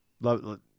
Love